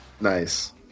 nice